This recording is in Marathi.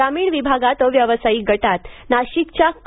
ग्रामीण विभागात अव्यावसायिक गटात नाशिकचं क